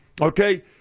Okay